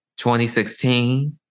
2016